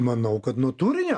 manau kad nuo turinio